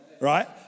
right